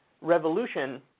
revolution